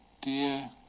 dear